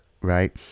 right